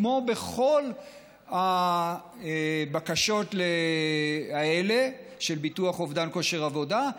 כמו בכל הבקשות האלה של ביטוח אובדן כושר עבודה,